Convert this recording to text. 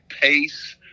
pace